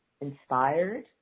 inspired